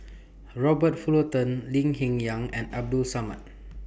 Robert Fullerton Lee Hsien Yang and Abdul Samad